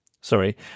sorry